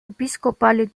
épiscopale